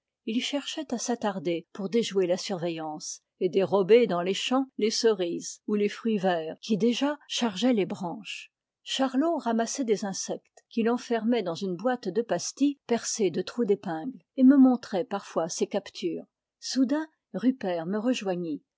ils cherchaient à s'attarder pour déjouer la surveillance et dérober dans les champs les cerises ou les fruits verts qui déjà chargeaient les branches charlot ramassait des insectes qu'il enfermait dans une boîte de pastilles percée de trous d'épingles et me montrait parfois ses captures soudain rupert me rejoignit